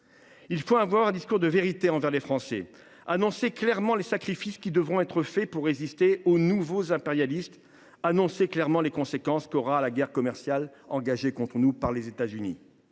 Français un discours de vérité. Annoncez clairement les sacrifices qui devront être faits pour résister aux nouveaux impérialistes. Annoncez clairement les conséquences qu’aura la guerre commerciale engagée contre nous par les États Unis.